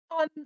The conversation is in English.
on